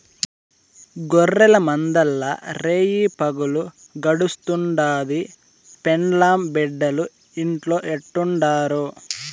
గొర్రెల మందల్ల రేయిపగులు గడుస్తుండాది, పెండ్లాం బిడ్డలు ఇంట్లో ఎట్టుండారో